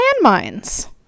landmines